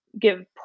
give